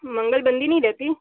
मंगल बंदी नहीं रहती